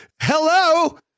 Hello